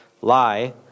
lie